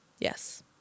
Yes